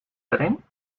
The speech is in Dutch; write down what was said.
erin